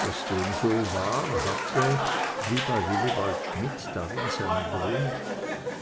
daß dem so war hatte wie bei wilibald schmidt darin seinen grund